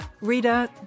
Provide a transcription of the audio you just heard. Rita